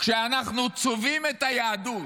כשאנחנו צובעים את היהדות,